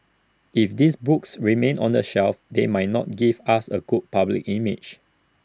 if these books remain on the shelf they might not give us A good public image